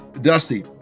Dusty